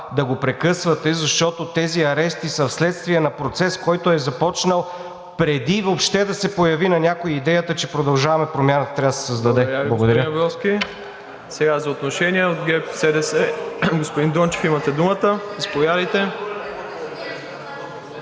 да го прекъсвате, защото тези арести са вследствие на процес, който е започнал преди въобще да се появи на някого идеята, че „Продължаваме Промяната“ трябва да се създаде. Благодаря.